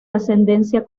ascendencia